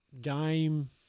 game